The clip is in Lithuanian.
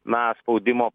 na spaudimo